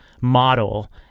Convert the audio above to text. model